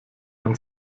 man